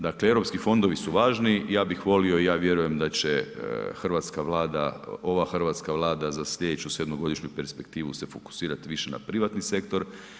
Dakle, Europski fondovi su važni, ja bih volio i ja vjerujem da će Hrvatska vlada, ova Hrvatska vlada za slijedeću sedmogodišnju perspektivu se fokusirati više na privatni sektor.